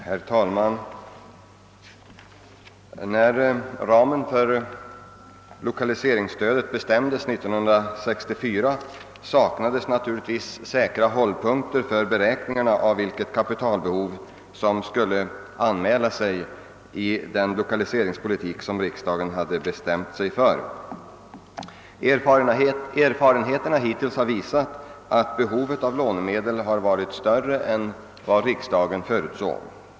Herr talman! När ramen för lokaliseringsstödet beslutades år 1964 saknades naturligtvis säkra hållpunkter för beräkningen av vilket kapitalbehov som skulle komma att anmäla sig genom den 1lokaliseringspolitik som riksdagen hade fattat beslut om. Erfarenheterna hittills visar att behovet av lånemedel har varit större än vad riksdagen förutsåg.